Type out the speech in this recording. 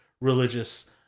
religious